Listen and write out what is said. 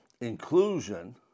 inclusion